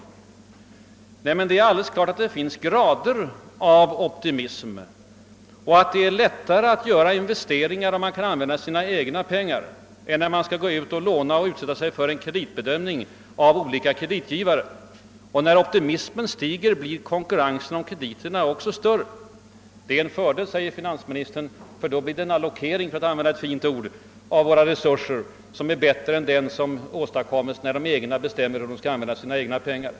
Men det är alldeles klart att det finns grader av optimism och att det är lättare att göra investeringar, om man kan använda sina egna pengar än om man skall låna pengar och utsätta sig för kreditbedömning av kreditgivarna. Och när optimismen stiger blir konkurrensen om krediterna också större, det blir svårare att få låna. Detta är en fördel, säger finansministern, ty då blir det en bättre allokering — för att använda ett fint ord — av våra resurser än den som åstadkommes när företagarna bestämmer hur de skall använda sina egna pengar.